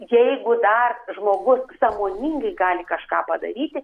jeigu dar žmogus sąmoningai gali kažką padaryti